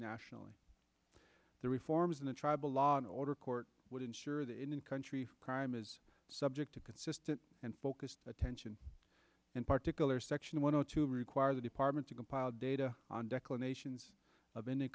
nationally the reforms in the tribal law and order court would ensure that in a country crime is subject to consistent and focused attention and particular section one zero two require the department to compile data on declamations of any